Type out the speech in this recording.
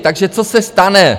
Takže co se stane?